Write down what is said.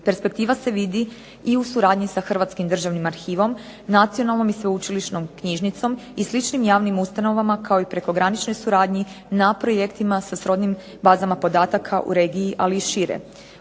Perspektiva se vidi i u suradnji sa Hrvatskim državnim arhivom, Nacionalnom i sveučilišnom knjižnicom i sličnim javnim ustanovama kao i prekograničnoj suradnji na projektima sa srodnim bazama podataka u regiji ali i šire.